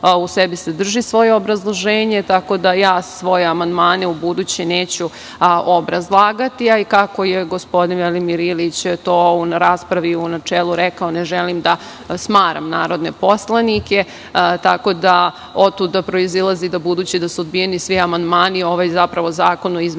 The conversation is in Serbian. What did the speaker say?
u sebi sadrži svoje obrazloženje, tako da ja svoje amandmane ubuduće neću obrazlagati, a i kako je gospodin Velimir Ilić to u raspravu u načelu rekao - ne želim da smaram narodne poslanike, tako da, otuda proizilazi da ubuduće da su odbijeni svi amandman. Ovaj zakon o izmenama